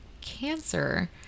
cancer